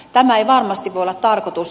tämä ei varmasti voi olla tarkoitus